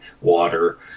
water